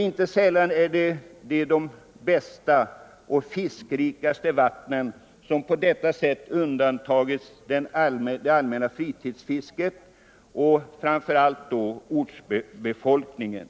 Inte sällan är det de bästa och fiskrikaste vattnen som på detta sätt undandragits det allmänna fritidsfisket och framför allt ortsbefolkningen.